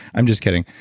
i'm just kidding.